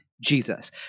jesus